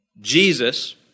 Jesus